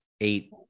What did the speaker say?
eight